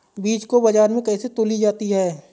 बीज को बाजार में कैसे तौली जाती है?